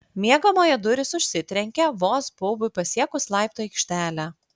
miegamojo durys užsitrenkė vos baubui pasiekus laiptų aikštelę